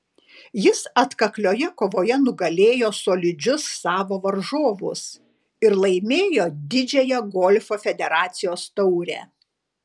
jis atkaklioje kovoje nugalėjo solidžius savo varžovus ir laimėjo didžiąją golfo federacijos taurę